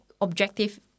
objective